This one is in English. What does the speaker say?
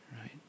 Right